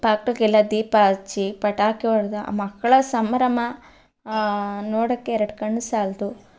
ಟ್ಯಾಕ್ಟರ್ಗೆಲ್ಲ ದೀಪ ಹಚ್ಚಿ ಪಟಾಕಿ ಹೊಡ್ದು ಮಕ್ಕಳ ಸಂಭ್ರಮ ನೋಡೋಕ್ಕೆ ಎರಡು ಕಣ್ಣು ಸಾಲದು